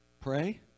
Pray